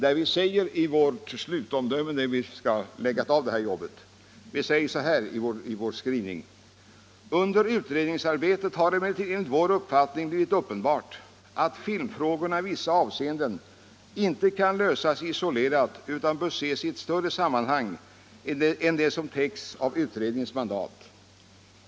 I vårt särskilda yttrande när vi avslutar detta arbete säger vi: ”Under utredningsarbetet har det emellertid enligt vår uppfattning blivit uppenbart att filmfrågorna i vissa avseenden inte kan lösas isolerat utan bör ses i ett större sammanhang än som täcks av utredningens mandat.